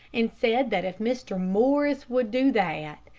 and said that if mr. morris would do that,